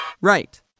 Right